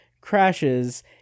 crashes